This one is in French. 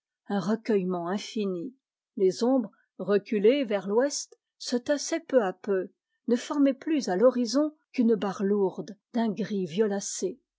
un recueillement infini les ombres reculées vers l'ouest se tassaient peu à peu ne formaient plus à l'horizon qu'une barre lourde d'un gris violacé